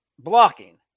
Blocking